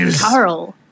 Carl